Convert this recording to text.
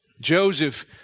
Joseph